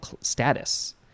status